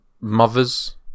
mothers